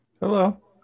Hello